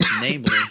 namely